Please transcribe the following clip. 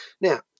Now